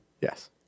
Yes